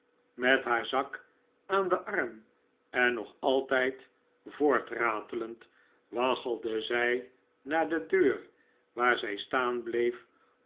met haar zak aan den arm en nog altijd voortratelend waggelde zij naar de deur waar zij staan bleef